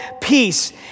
peace